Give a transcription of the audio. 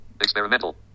Experimental